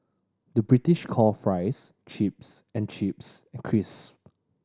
the British call fries chips and chips crisp